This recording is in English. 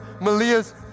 Malia's